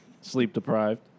sleep-deprived